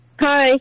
Hi